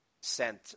sent